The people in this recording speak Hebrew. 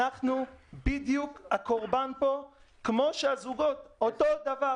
אנחנו גם הקורבן פה, כמו הזוגות, אותו הדבר.